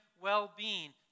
well-being